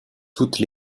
toutes